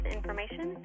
information